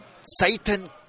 Satan